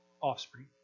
Offspring